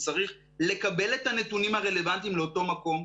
צריך לקבל את הנתונים הרלוונטיים לאותו מקום,